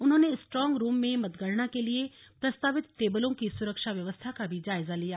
उन्होंने strong room में मतगणना के लिए प्रस्तावित टेबलों की सुरक्षा व्यवस्था का भी जायजा लिया